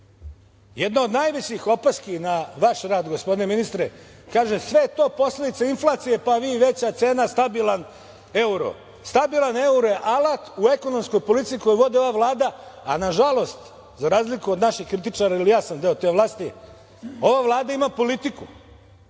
Jedna od najvećih opaski na vaš rad, gospodine ministre, kaže sve je to posledica inflacije, pa i veća cena, stabilan evro. Stabilan evro je alat u ekonomskoj politici koju vodi ova Vlada, a nažalost, za razliku od naših kritičara, jer i ja sam deo te vlasti, ova Vlada ima politiku.